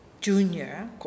Junior